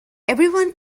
everyone